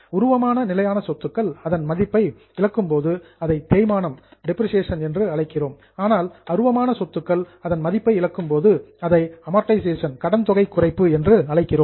உருவமான நிலையான சொத்துக்கள் அதன் மதிப்பை இழக்கும் போது அதை தேய்மானம் என்று அழைக்கிறோம் ஆனால் அருவமான நிலையான சொத்துக்கள் அதன் மதிப்பை இழக்கும் போது அதை அமார்டைஸ்டு கடன் தொகை குறைப்பு என்று அழைக்கிறோம்